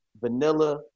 vanilla